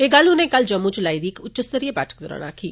एह गल्ल उने कल जम्मू च लाई दी इक उच्च स्तरीय बैठक दौरान आक्खी